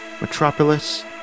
metropolis